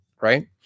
Right